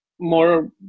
more